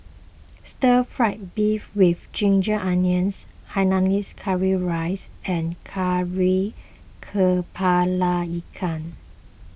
Stir Fry Beef with Ginger Onions Hainanese Curry Rice and Kari Kepala Ikan